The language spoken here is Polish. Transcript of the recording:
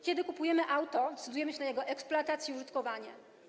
Kiedy kupujemy auto, decydujemy się na jego eksploatację, użytkowanie.